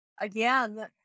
again